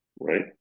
right